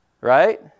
Right